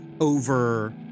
over